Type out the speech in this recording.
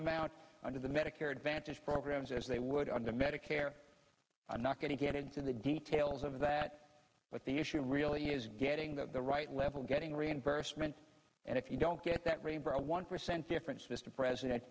amount under the medicare advantage programs as they would under medicare i'm not going to get into the details of that but the issue really is getting the right level getting reimbursement and if you don't get that remember a one percent difference mr president